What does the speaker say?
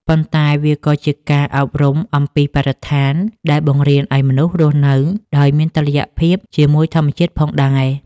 ប៉ុន្តែវាក៏ជាការអប់រំអំពីបរិស្ថានដែលបង្រៀនឱ្យមនុស្សរស់នៅដោយមានតុល្យភាពជាមួយធម្មជាតិផងដែរ។